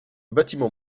bâtiment